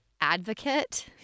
advocate